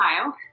Ohio